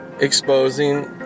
exposing